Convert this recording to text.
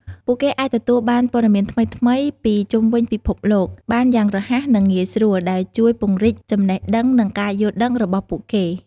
ពួកគេអាចទទួលបានព័ត៌មានថ្មីៗពីជុំវិញពិភពលោកបានយ៉ាងរហ័ស និងងាយស្រួល ដែលជួយពង្រីកចំណេះដឹង និងការយល់ដឹងរបស់ពួកគេ។